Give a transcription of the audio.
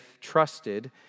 trusted